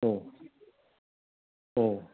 औ औ